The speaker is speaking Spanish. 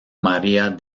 maría